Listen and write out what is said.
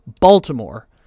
Baltimore